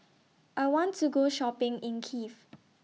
I want to Go Shopping in Kiev